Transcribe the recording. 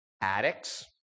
addicts